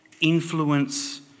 influence